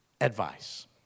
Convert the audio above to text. advice